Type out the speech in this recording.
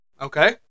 Okay